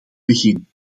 begin